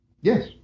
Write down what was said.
Yes